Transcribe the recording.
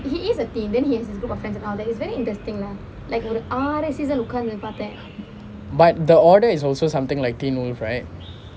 but the order is also something like teen wolf right